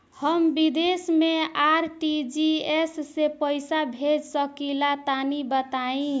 हम विदेस मे आर.टी.जी.एस से पईसा भेज सकिला तनि बताई?